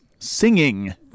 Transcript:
Singing